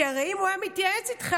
כי הרי אם הוא היה מתייעץ איתך,